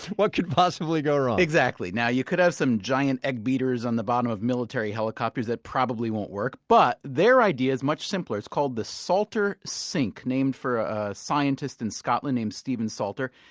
what could possibly go wrong? exactly. now you could have some giant egg beaters on the bottom of military helicopters that probably won't work. but their idea is much simpler it's called the salter sink, named for a scientist in scotland named steven salter.